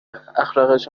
اخلاقش